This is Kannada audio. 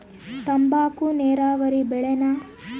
ತಂಬಾಕು ನೇರಾವರಿ ಬೆಳೆನಾ?